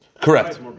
Correct